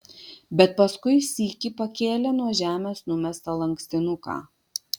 bet paskui sykį pakėlė nuo žemės numestą lankstinuką